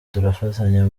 turafatanya